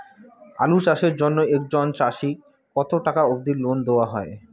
আলু চাষের জন্য একজন চাষীক কতো টাকা অব্দি লোন দেওয়া হয়?